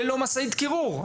ללא משאית קירור?